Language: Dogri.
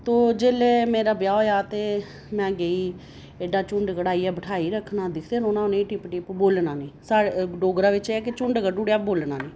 तो जेल्लै मेरा ब्याह् होएआ ते में गेई एड्डा झुंड कढाइयै बठाई रक्खना ते दिक्खदे रौह्ना उ'नेंगी टिप टिप बोलना नेईं साढ़े डोगरा बिच्च एह् ऐ कि झुंड कड्ढी उड्ढेआ बोलना नेईं